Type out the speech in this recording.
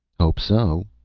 hope so,